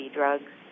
drugs